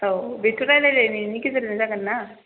औ बेथ' रायलाय लायनायनि गेजेरजों जागोनना